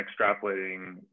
extrapolating